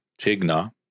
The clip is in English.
Tigna